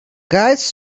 guides